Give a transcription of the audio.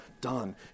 done